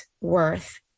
worth